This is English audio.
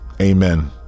Amen